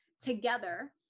together